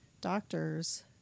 doctors